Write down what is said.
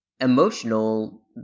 emotional